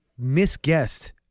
misguessed